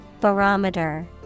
Barometer